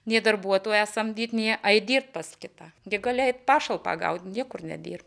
nei darbuotoją samdyti nei ait dirbt pas kitą gi gali ait pašalpą gauti niekur nedirbt